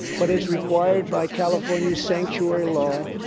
but as required by california's sanctuary law,